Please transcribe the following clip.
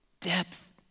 depth